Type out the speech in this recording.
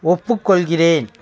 ஒப்புக்கொள்கிறேன்